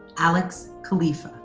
alex khalifeh.